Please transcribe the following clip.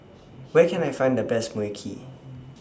Where Can I Find The Best Mui Kee